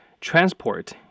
transport